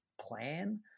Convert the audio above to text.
plan